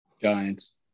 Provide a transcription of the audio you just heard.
Giants